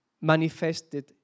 manifested